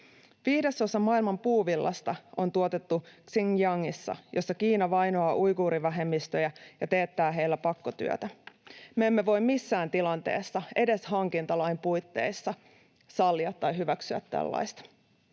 Viidesosa maailman puuvillasta on tuotettu Xinjiangissa, jossa Kiina vainoaa uiguurivähemmistöjä ja teettää heillä pakkotyötä. Me emme voi missään tilanteessa, edes hankintalain puitteissa, sallia tai hyväksyä tällaista.